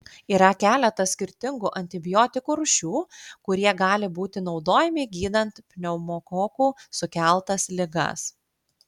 yra keletas skirtingų antibiotikų rūšių kurie gali būti naudojami gydant pneumokokų sukeltas ligas